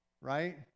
right